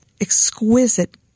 exquisite